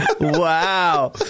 wow